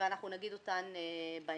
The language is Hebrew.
ואנחנו נגיד אותן בהמשך.